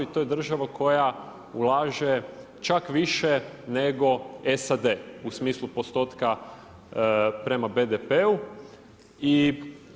To je država koja ulaže čak više nego SAD u smislu postotka prema BDP-u.